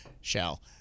shall-